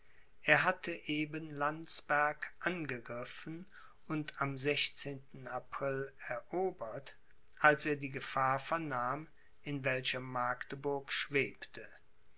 er hatte eben landsberg angegriffen und am april erobert als er die gefahr vernahm in welcher magdeburg schwebte